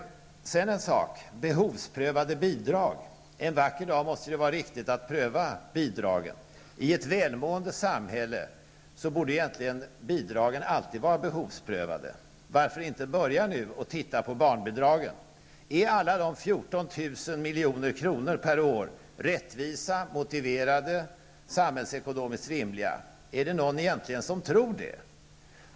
Beträffande behovsprövade bidrag vill jag säga följande. En vacker dag måste det vara riktigt att pröva bidragen. I ett välmående samhälle borde bidragen egentligen alltid vara behovsprövade. Varför inte börja nu och se över barnbidragen? Är alla de 14 000 milj.kr. per år rättvisa, motiverade och samhällsekonomiskt rimliga? Är det egentligen någon som tror det?